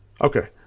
Okay